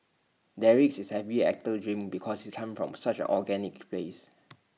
Derek is every actor's dream because he comes from such organic place